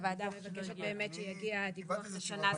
הוועדה מבקשת שיגיע דיווח לשנה זו.